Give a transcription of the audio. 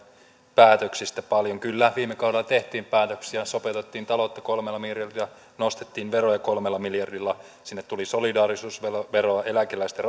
päätöksistä paljon kyllä viime kaudella tehtiin päätöksiä ja sopeutettiin taloutta kolmella miljardilla nostettiin veroja kolmella miljardilla sinne tuli solidaarisuusvero eläkeläisten